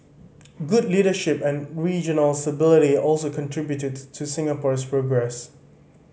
good leadership and regional stability also contributed to Singapore's progress